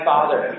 Father